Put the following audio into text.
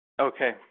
Okay